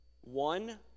One